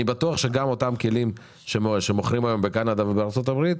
אני בטוח שגם אותם כלים שמוכרים היום בקנדה ובארצות הברית,